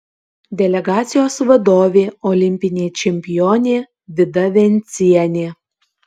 delegacijos vadovė olimpinė čempionė vida vencienė